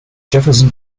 jefferson